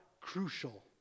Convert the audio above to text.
crucial